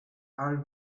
are